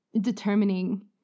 determining